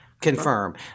confirm